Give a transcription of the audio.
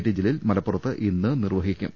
T Jaleel മല പ്പുറത്ത് ഇന്ന് നിർവഹിക്കും